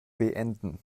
beenden